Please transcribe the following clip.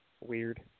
Weird